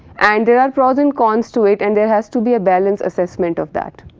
and there are pros and cons to it and there has to be a balance assessment of that.